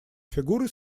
фигурой